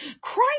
Christ